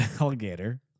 alligator